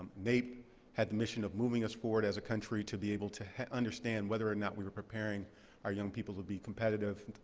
naep had the mission of moving us forward as a country to be able to understand whether or not we were preparing our young people to be competitive,